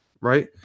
right